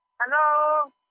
Hello